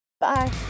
Bye